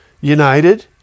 United